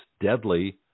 deadly